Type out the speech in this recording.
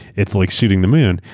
it's like shooting the moon.